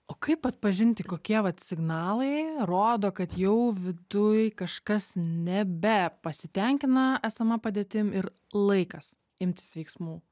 o kaip atpažinti kokie vat signalai rodo kad jau viduj kažkas nebepasitenkina esama padėtim ir laikas imtis veiksmų